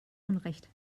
unrecht